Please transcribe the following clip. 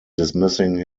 dismissing